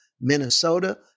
Minnesota